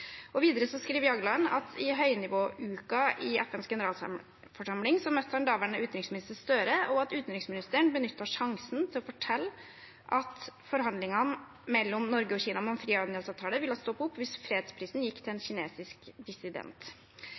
Videre skriver Jagland at i høynivåuken under FNs generalforsamling møtte han daværende utenriksminister Gahr Støre, og at utenriksministeren benyttet sjansen til å fortelle at forhandlingene mellom Norge og Kina om en frihandelsavtale ville stoppe opp hvis fredsprisen gikk til en kinesisk